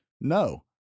No